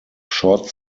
short